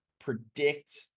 predict